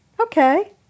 Okay